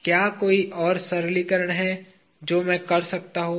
अब क्या कोई और सरलीकरण है जो मैं कर सकता हूँ